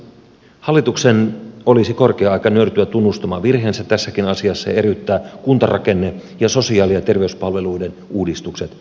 hallituksen olisi korkea aika nöyrtyä tunnustamaan virheensä tässäkin asiassa ja eriyttää kuntarakenne ja sosiaali ja terveyspalveluiden uudistukset toisistaan